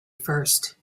first